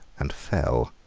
and fell.